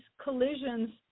collisions